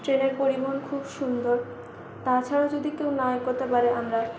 ট্রেনে পরিবহণ খুব সুন্দর তাছাড়া যদি কেউ না এ করতে পারে আমরা